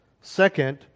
Second